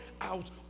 out